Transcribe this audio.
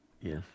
Yes